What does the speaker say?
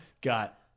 got